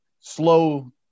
slow